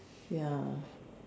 ya